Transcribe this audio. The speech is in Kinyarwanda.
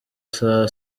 saa